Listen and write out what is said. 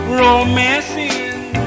romancing